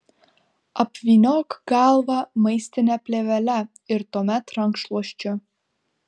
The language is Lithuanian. apvyniok galvą maistine plėvele ir tuomet rankšluosčiu